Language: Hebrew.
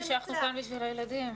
חשבתי שאנחנו כאן בשביל הילדים.